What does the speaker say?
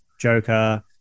Joker